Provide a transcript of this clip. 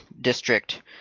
district